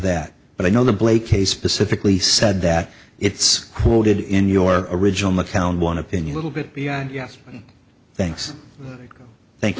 that but i know the blake case specifically said that it's quoted in your original mccown one opinion little bit beyond yes thanks thank